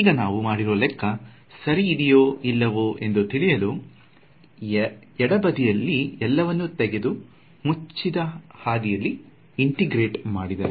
ಈಗ ನಾವು ಮಾಡಿರುವ ಲೆಕ್ಕ ಸರಿ ಇದೆಯೋ ಇಲ್ಲವೋ ಎಂದು ತಿಳಿಯಲು ಎಡ ಬದಿಯಲ್ಲಿನ ಎಲ್ಲವನ್ನು ತೆಗೆದು ಮುಚ್ಚಿದ ಹಾದಿಯಲ್ಲಿ ಇಂಟೆಗ್ರೇಟೆ ಮಾಡಿದರೆ